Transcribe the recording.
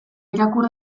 irakur